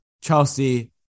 Chelsea